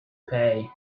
pay